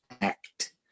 act